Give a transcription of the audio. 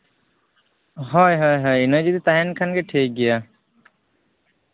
ᱦᱳᱭ ᱦᱳᱭ ᱤᱱᱟᱹ ᱡᱩᱫᱤ ᱛᱟᱦᱮᱱ ᱠᱷᱟᱱ ᱜᱮ ᱴᱷᱤᱠ ᱜᱮᱭᱟ